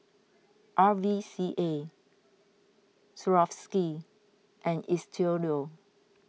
R V C A Swarovski and Istudio